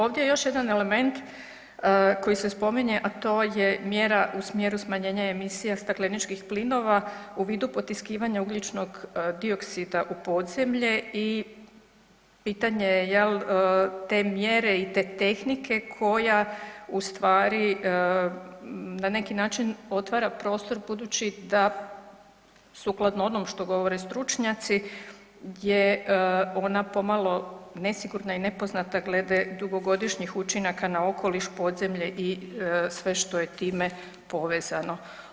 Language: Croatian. Ovdje je još jedan element koji se spominje, a to je mjera u smjeru smanjenja emisija stakleničkih plinova u vidu potiskivanja ugljičnog dioksida u podzemlje i pitanje jel te mjere i te tehnike koja ustvari na neki način otvara prostor budući da sukladno onom što govore stručnjaci je ona pomalo nesigurna i nepoznata glede dugogodišnjih učinaka na okoliš, podzemlje i sve što je time povezano.